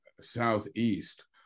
Southeast